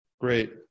Great